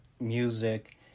music